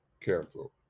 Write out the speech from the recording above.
Cancel